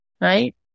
right